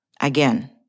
Again